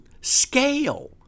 scale